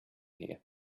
here